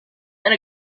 and